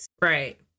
right